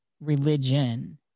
religion